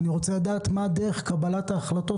אני לדעת מה דרך קבלת ההחלטות,